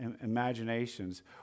imaginations